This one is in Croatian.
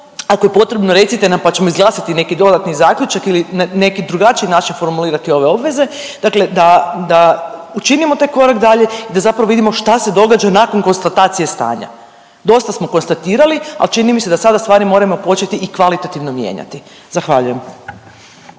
ako je potrebno recite nam pa ćemo izglasati neki dodatni zaključak ili na neki drugačiji način formulirati ove obveze, dakle da učinimo taj korak dalje i da zapravo vidimo šta se događa nakon konstatacije stanja. Dosta smo konstatirali al čini mi se da sada stvari moramo početi i kvalitativno mijenjati. Zahvaljujem.